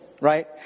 right